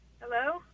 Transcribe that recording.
Hello